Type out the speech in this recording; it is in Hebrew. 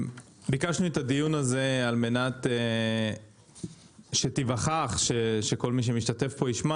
ביקשנו את הדיון הזה על מנת שתיווכח שכל מי שמשתתף בדיון כאן ישמע